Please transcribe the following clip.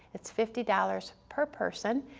it's fifty dollars per person,